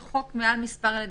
משהו מעבר לכך.